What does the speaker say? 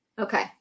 Okay